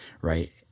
right